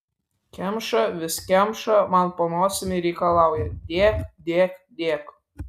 kemša vis kemša man po nosim ir reikalauja dėk dėk dėk